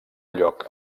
lloc